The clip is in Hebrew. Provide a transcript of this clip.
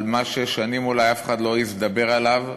על מה ששנים אולי אף אחד לא העז לדבר עליו,